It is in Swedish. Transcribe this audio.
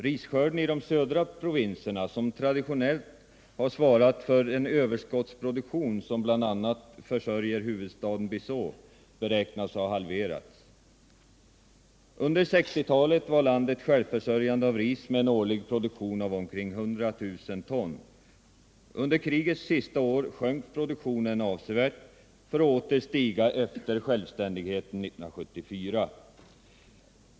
Risskörden i de södra provinserna, som traditionellt svarar för den överskottsproduktion som bl.a. försörjer huvudstaden Bissau, beräknas ha halverats. Landet var under 1960-talet självförsörjande på ris med en årlig produktion av 100 000 ton. Under krigets sista år sjönk produktionen avsevärt för att åter stiga efter sjävständigheten 1974.